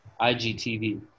IGTV